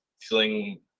feeling